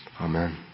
Amen